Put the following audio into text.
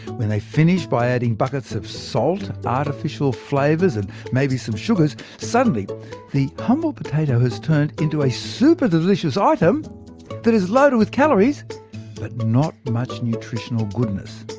when they finish by adding buckets of salt, artificial flavours and maybe some sugars, suddenly the humble potato has turned into a super delicious item that is loaded with calories but not much nutritional goodness.